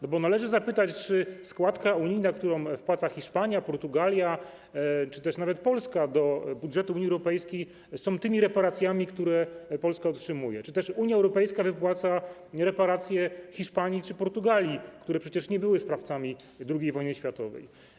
Należy zapytać, czy składki unijne, które wpłacają Hiszpania, Portugalia czy też nawet Polska do budżetu Unii Europejskiej, są tymi reperacjami, które Polska otrzymuje, i czy Unia Europejska wypłaca też reperacje Hiszpanii czy Portugalii, które przecież nie były sprawcami II wojny światowej.